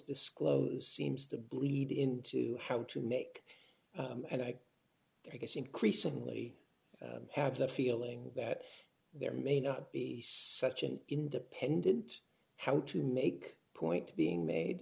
disclosed seems to bleed into how to make and i guess increasingly have the feeling that there may not be such an independent how to make a point being made